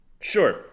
Sure